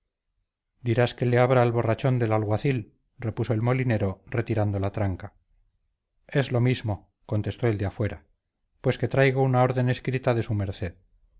dirás que le abra al borrachón del alguacil repuso el molinero retirando la tranca es lo mismo contestó el de afuera pues que traigo una orden escrita de su merced